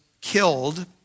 killed